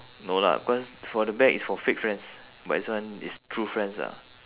no lah cause for the back is for fake friends but this one is true friends lah